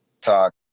Talk